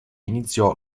iniziò